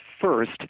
first